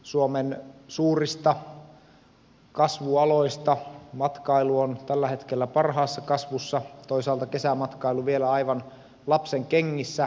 suomen suurista kasvualoista matkailu on tällä hetkellä parhaassa kasvussa toisaalta kesämatkailu vielä aivan lapsenkengissä